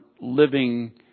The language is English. living